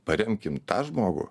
paremkim tą žmogų